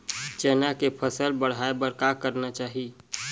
चना के फसल बढ़ाय बर का करना चाही?